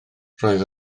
roedd